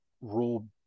rule